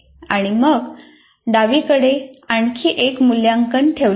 आणि मग आपण डावीकडे आणखी एक मूल्यांकन ठेवले आहे